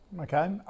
Okay